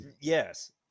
yes